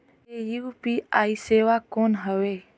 ये यू.पी.आई सेवा कौन हवे?